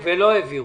ולא העבירו.